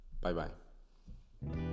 Bye-bye